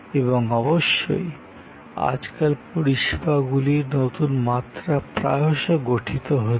এবং অবশ্যই আজকাল পরিষেবাগুলির নতুন মাত্রা প্রায়শঃ গঠিত হচ্ছে